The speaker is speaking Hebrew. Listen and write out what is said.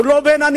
הוא לא נמצא.